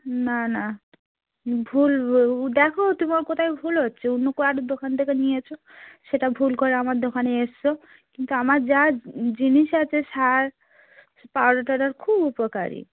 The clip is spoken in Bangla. না না ভুল দেখো তোমার কোথাও ভুল হচ্ছে অন্য কারোর দোকান থেকে নিয়েছ সেটা ভুল করে আমার দোকানে এসেছ কিন্তু আমার যা জিনিস আছে সার পাউডার টাউডার খুব উপকারী